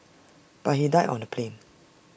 but he died on the plane